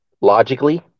logically